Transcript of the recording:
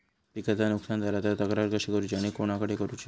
पिकाचा नुकसान झाला तर तक्रार कशी करूची आणि कोणाकडे करुची?